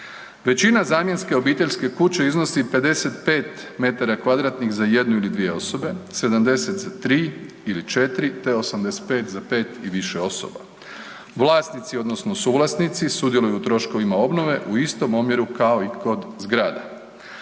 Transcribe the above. Većina zamjenske obiteljske kuće iznosi 55 metara kvadratnih za jednu ili dvije osobe, 70 za tri ili četiri te 85 za pet i više osoba. Vlasnici odnosno suvlasnici sudjeluju u troškovima obnove u istom omjeru kao i kod zgrada.